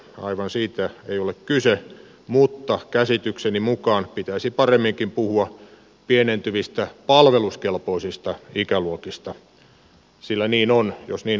aivan siitä ei ole kyse mutta käsitykseni mukaan pitäisi paremminkin puhua pienentyvistä palveluskelpoisista ikäluokista sillä niin on jos niin halutaan